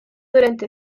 durante